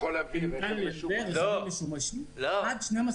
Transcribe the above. ניתן לייבא רכבים משומשים עד 12 חודשים מיום הייצור.